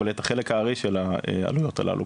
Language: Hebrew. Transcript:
אבל משלמים את החלק הארי של העלויות האלה.